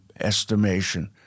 estimation